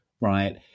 right